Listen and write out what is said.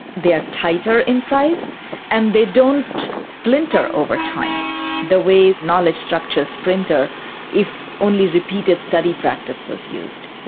they are tighter in size and they don't splinter over time the way knowledge structures splinter if only repeated study practice was used.